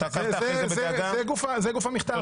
זה גוף המכתב.